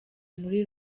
muri